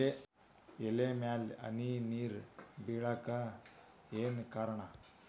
ಎಲೆ ಮ್ಯಾಲ್ ಹನಿ ನೇರ್ ಬಿಳಾಕ್ ಏನು ಕಾರಣ?